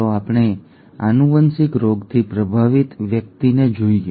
ચાલો આપણે આનુવંશિક રોગથી પ્રભાવિત વ્યક્તિને જોઈએ